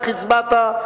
איך הצבעת?